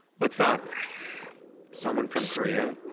what's that someone from korea